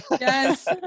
yes